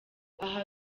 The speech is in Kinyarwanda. aha